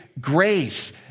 grace